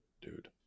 dude